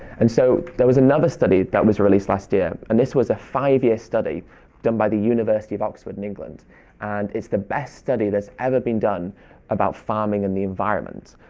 and so there was another study that was released last year, and this was a five-year study done by the university of oxford in england and it's the best study that's ever been done about farming and the environment.